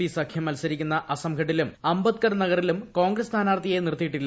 P സ്ഖ്ചൂം മത്സരിക്കുന്ന അസംഗഢിലും അംബേദ്കർ നഗറിലും കോണ്ട്ര്യസ് സ്ഥാനാർത്ഥിയെ നിർത്തിയിട്ടില്ല